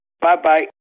Bye-bye